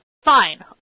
Fine